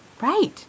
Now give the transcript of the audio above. Right